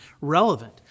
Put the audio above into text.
relevant